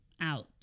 out